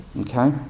Okay